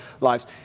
lives